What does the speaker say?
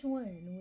one